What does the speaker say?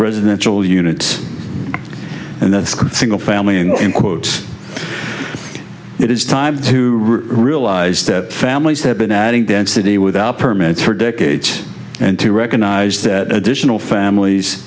residential units and that's single family and quote it is time to realize that families have been adding density without permits for decades and to recognize that additional families